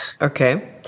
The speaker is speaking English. Okay